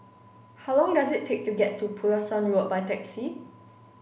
how long does it take to get to Pulasan Road by taxi